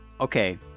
okay